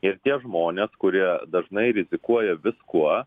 ir tie žmonės kurie dažnai rizikuoja viskuo